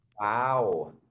Wow